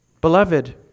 Beloved